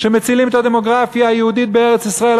שמצילים את הדמוגרפיה היהודית בארץ-ישראל,